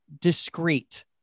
discreet